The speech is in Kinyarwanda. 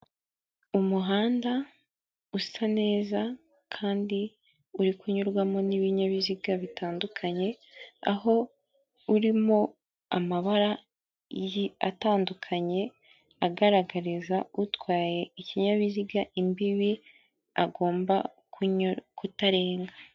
Umuhanda usa neza kandi uri kunyurwamo n'ibinyabiziga bitandukanye, aho urimo amabara atandukanye agaragariza utwaye ikinyabiziga imbibi agomba kutarenga.